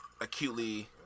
acutely –